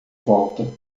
volta